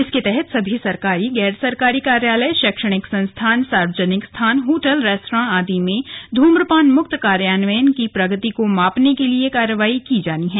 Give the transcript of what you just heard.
इसके तहत सभी सरकारी गैर सरकारी कार्यालय शैक्षणिक संस्थान सार्वजनिक स्थान होटल रेस्तरां आदि में धूम्रपान मुक्त कार्यान्वयन की प्रगति को मापने के लिए कार्रवाई की जानी है